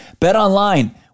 BetOnline